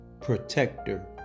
protector